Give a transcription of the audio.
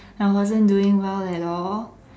I wasn't doing well at all